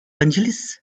angeles